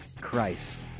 Christ